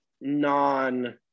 non